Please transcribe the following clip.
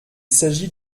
s’agit